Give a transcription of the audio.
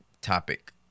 topic